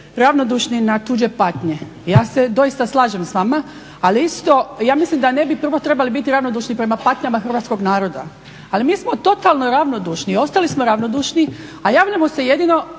ravnodušni na tuđe patnje. Ja se doista slažem s vama, ali isto ja mislim da ne bi prvo trebali biti ravnodušni prema patnjama Hrvatskog naroda. Ali mi smo totalno ravnodušni, ostali smo ravnodušni, a javljamo se jedino